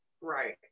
right